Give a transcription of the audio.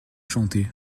chanté